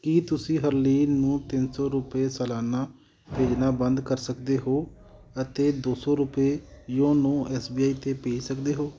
ਕੀ ਤੁਸੀਂ ਹਰਲੀਨ ਨੂੰ ਤਿੰਨ ਸੌ ਰੁਪਏ ਸਲਾਨਾ ਭੇਜਣਾ ਬੰਦ ਕਰ ਸਕਦੇ ਹੋ ਅਤੇ ਦੋ ਸੌ ਰੁਪਏ ਯੋਨੋ ਐੱਸ ਬੀ ਆਈ 'ਤੇ ਭੇਜ ਸਕਦੇ ਹੋ